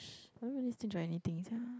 I don't really stitch on anything sia